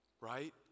Right